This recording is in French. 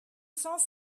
cents